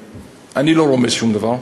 אני לא רומז שום דבר.